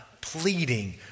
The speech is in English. pleading